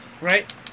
right